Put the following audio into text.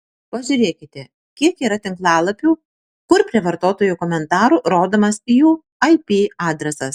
pažiūrėkite kiek yra tinklalapių kur prie vartotojų komentarų rodomas jų ip adresas